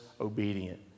obedient